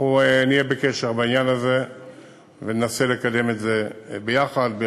אנחנו נהיה בקשר בעניין הזה וננסה לקדם את זה ביחד.